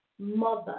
Mother